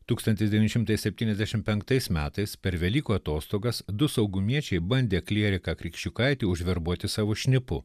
tūkstantis devyni šimtai septyniasdešim penktais metais per velykų atostogas du saugumiečiai bandė klieriką krikščiukaitį užverbuoti savo šnipu